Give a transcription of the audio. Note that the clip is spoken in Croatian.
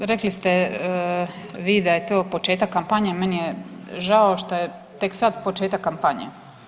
Evo rekli ste vi da je to početak kampanje, meni je žao što je tek sad početak kampanje.